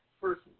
first